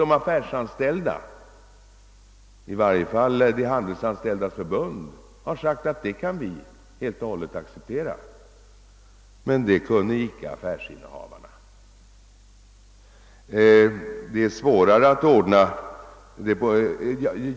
De handelsanställdas för bund har sagt att de helt och hållet kan acceptera detta, men det kunde inte affärsinnehavarna göra.